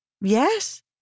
Yes